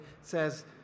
says